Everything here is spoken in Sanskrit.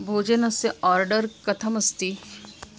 भोजनस्य आर्डर् कथमस्ति